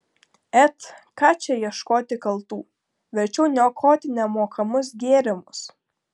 et ką čia ieškoti kaltų verčiau niokoti nemokamus gėrimus